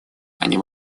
они